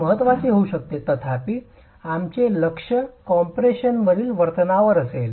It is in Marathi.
महत्वाचे होऊ शकते तथापि आमचे लक्ष कॉम्प्रेशनमधील वर्तनवर असेल